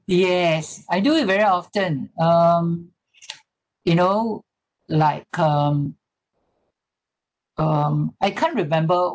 yes I do it very often um you know like um um I can't remember